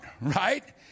right